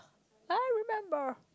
I remember